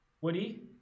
Woody